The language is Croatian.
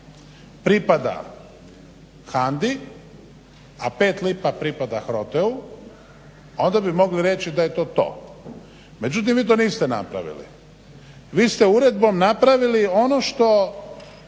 pripada HANDA-i, a 5 lipa pripada HROTE-u onda bi mogli reći da je to to, međutim vi to niste napravili. Vi ste uredbom napravili ono što